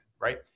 right